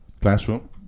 classroom